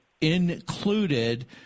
included